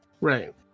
Right